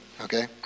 okay